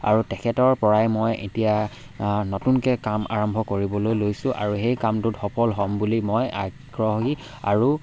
আৰু তেখেতৰ পৰাই মই এতিয়া নতুনকৈ কাম আৰম্ভ কৰিবলৈ লৈছো আৰু সেই কামটোত সফল হ'ম বুলি মই আগ্ৰহী আৰু